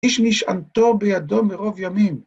‫איש נשענתו בידו מרוב ימים.